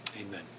amen